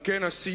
על כן הסיוג